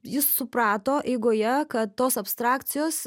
jis suprato eigoje kad tos abstrakcijos